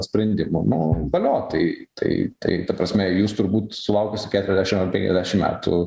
sprendimų nu valio tai tai tai ta prasme jūs turbūt sulaukusi keturiasdešim penkiasdešim metų